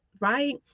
right